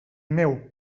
meu